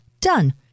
Done